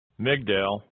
Migdal